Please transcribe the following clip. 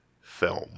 film